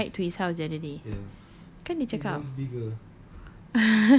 eh you went right to his house the other day kan dia cakap